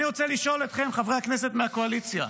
אני רוצה לשאול אתכם, חברי הכנסת מהקואליציה: